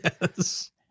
yes